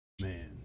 Man